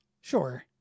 Sure